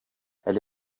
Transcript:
elle